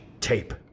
tape